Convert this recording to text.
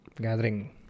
Gathering